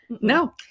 No